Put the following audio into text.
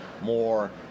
more